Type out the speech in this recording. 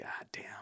goddamn